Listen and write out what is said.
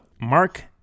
Mark